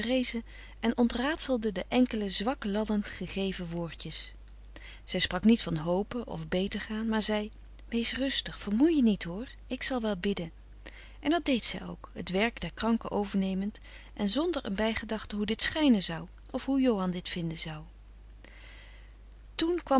en ontraadselde de enkele zwak lallend gegeven woordjes zij sprak niet van hopen of beter gaan maar zei wees rustig vermoei je niet hoor ik zal wel bidden en dat deed zij ook t werk der kranke overnemend en zonder een bijgedachte hoe dit schijnen zou of hoe johan dit vinden zou toen kwam